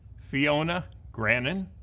fiona grannan,